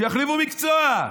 שיחליפו מקצוע,